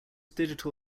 digital